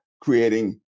creating